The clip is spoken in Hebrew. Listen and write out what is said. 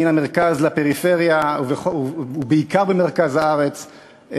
מן המרכז לפריפריה ובעיקר במרכז הארץ,